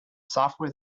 software